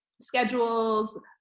schedules